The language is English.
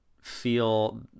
feel